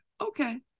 Okay